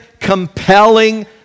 compelling